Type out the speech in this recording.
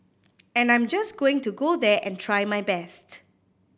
and I'm just going to go there and try my best